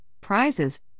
prizes